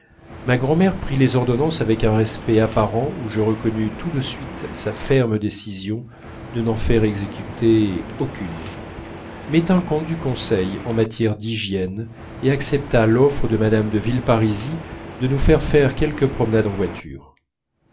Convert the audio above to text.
ma grand'mère prit les ordonnances avec un respect apparent où je reconnus tout de suite sa ferme décision de n'en faire exécuter aucune mais tint compte du conseil en matière d'hygiène et accepta l'offre de mme de villeparisis de nous faire faire quelques promenades en voiture